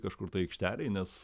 kažkur tai aikštelėj nes